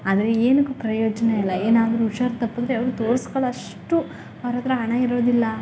ಆದರೆ ಏನಕ್ಕೆ ಪ್ರಯೋಜನ ಇಲ್ಲ ಏನಾದರೂ ಹುಷಾರು ತಪ್ಪಿದ್ರೆ ಅವ್ರು ತೋರ್ಸ್ಕೊಳ್ಳೋಷ್ಟು ಅವ್ರ ಹತ್ರ ಹಣ ಇರೋದಿಲ್ಲ